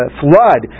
flood